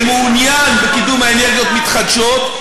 שמעוניין בקידום האנרגיות המתחדשות,